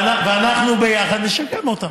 ואנחנו ביחד נשקם אותם.